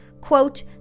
quote